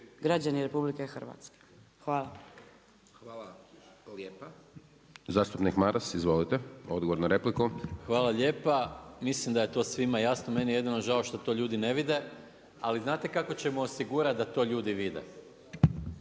Dončić, Siniša (SDP)** Hvala lijepo. Zastupnik Maras, izvolite odgovor na repliku. **Maras, Gordan (SDP)** Hvala lijepa. Mislim da je to svima jasno, meni je jedno žao što to ljudi ne vide. Ali znate kako ćemo osigurati da to ljudi vide,